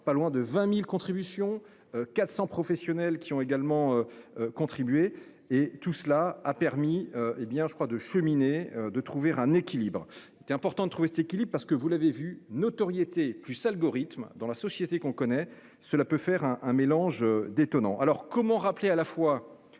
pas loin de 20.000 contributions 400 professionnels qui ont également. Contribué et tout cela a permis. Eh bien je crois de cheminée de trouver un équilibre. C'était important de trouver cet équilibre parce que vous l'avez vu notoriété plus algorithmes dans la société, qu'on connaît. Cela peut faire un, un mélange détonant. Alors comment rappeler à la fois